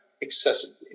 excessively